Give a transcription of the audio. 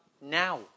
now